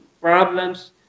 problems